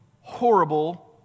horrible